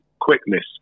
quickness